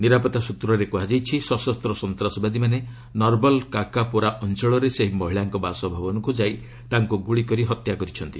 ନିରାପତ୍ତା ସ୍ୱତ୍ରରେ କୁହାଯାଇଛି ସଶସ୍ତ ସନ୍ତାସବାଦୀମାନେ ନର୍ବଲ୍ କାକାପୋରା ଅଞ୍ଚଳରେ ସେହି ମହିଳାଙ୍କ ବାସଭବନକୁ ଯାଇ ତାଙ୍କୁ ଗୁଳିକରି ହତ୍ୟା କରିଛନ୍ତି